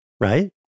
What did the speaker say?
right